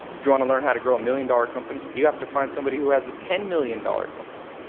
if you want to learn how to grow a one million dollars company, you have to find somebody who has a ten million dollars company.